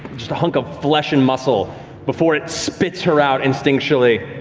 just a hunk of flesh and muscle before it spits her out instinctually.